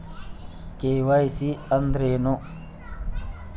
KYC ಅಂದ್ರೇನು?